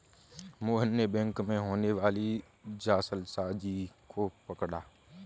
मोहन ने बैंक में होने वाली जालसाजी को पकड़ा